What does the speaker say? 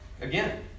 Again